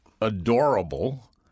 adorable